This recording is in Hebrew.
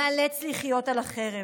ניאלץ לחיות על החרב.